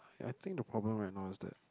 I think the problem right now is that